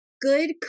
good